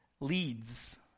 leads